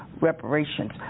reparations